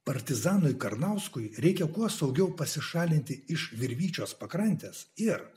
partizanui karnauskui reikia kuo saugiau pasišalinti iš virvyčios pakrantės ir